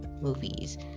movies